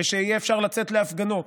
שיהיה אפשר לצאת להפגנות,